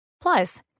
Plus